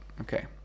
okay